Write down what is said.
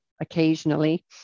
occasionally